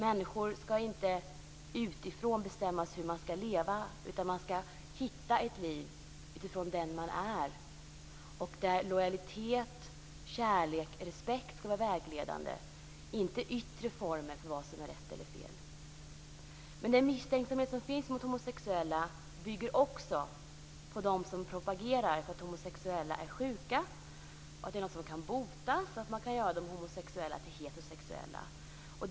Det ska inte utifrån bestämmas hur människor ska leva, utan man ska hitta ett liv utifrån den man är där lojalitet, kärlek och respekt ska vara vägledande, inte yttre former för vad som är rätt eller fel. Den misstänksamhet som finns mot homosexuella bygger också på att det finns de som propagerar för att homosexuella är sjuka, att homosexuella kan botas så att de blir heterosexuella.